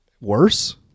worse